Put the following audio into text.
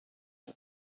him